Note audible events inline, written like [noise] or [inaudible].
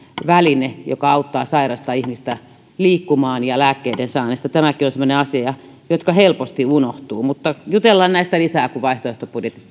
väline joka auttaa sairasta ihmistä liikkumaan ja lääkkeiden saannissa tämäkin on semmoinen asia joka helposti unohtuu mutta jutellaan näistä lisää kun vaihtoehtobudjetit [unintelligible]